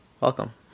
Welcome